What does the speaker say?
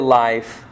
life